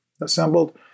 assembled